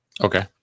Okay